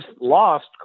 lost